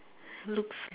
looks